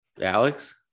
Alex